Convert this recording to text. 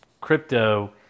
crypto